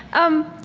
um,